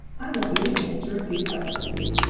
i want you to answer a few questions.